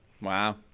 Wow